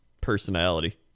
personality